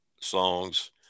songs